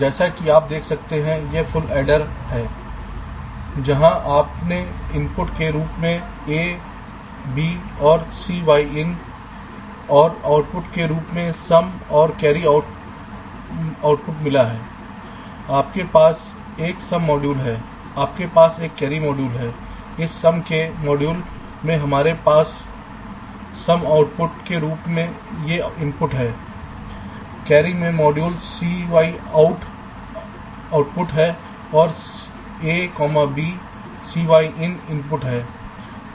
जैसा कि आप देख सकते हैं यह फुल एडर है जहां आपने इनपुट के रूप में a b और cy in और आउटपुट के रूप में सम और कैरी आउट मिलता है आपके पास एक सम मॉड्यूल है आपके पास एक कैरी मॉड्यूल है इस सम के मॉड्यूल में हमारे पाससम आउटपुट के रूप में ये इनपुट हैं कैरी में मॉड्यूल cy out आउटपुट और a b cy in input है